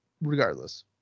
regardless